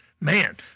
Man